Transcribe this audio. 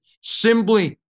simply